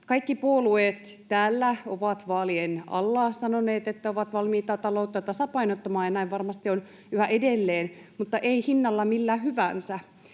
Kaikki puolueet täällä ovat vaalien alla sanoneet, että ovat valmiita taloutta tasapainottamaan, ja näin varmasti on yhä edelleen, mutta ei hinnalla millä hyvänsä.